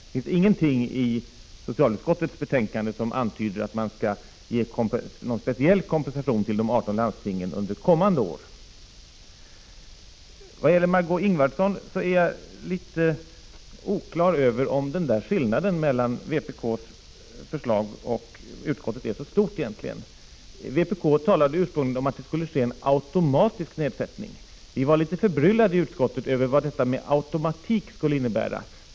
Det finns ingenting i socialutskottets betänkande som antyder att man skall ge någon speciell kompensation till de 18 landstingen under kommande år. Till Margé Ingvardsson vill jag säga att det är litet oklart huruvida skillnaden mellan vpk:s förslag och utskottsmajoritetens förslag är så stor. Vpk talade ursprungligen om att det skulle ske en automatisk avgiftsnedsättning. Vi i utskottet var litet förbryllade över vad denna automatik skulle innebära.